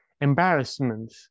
embarrassment